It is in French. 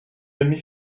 demi